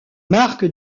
marques